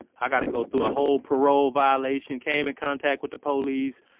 i got to go through a whole parole violation, came in contact with the police.